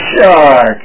shark